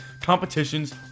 competitions